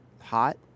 hot